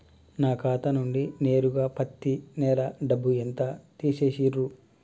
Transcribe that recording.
నా ఖాతా నుండి నేరుగా పత్తి నెల డబ్బు ఎంత తీసేశిర్రు?